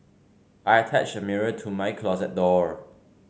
I attached a mirror to my closet door